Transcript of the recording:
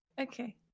Okay